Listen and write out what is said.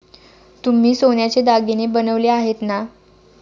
तुम्ही सोन्याचे दागिने बनवले आहेत ना?